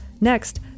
Next